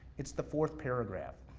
it's the fourth paragraph.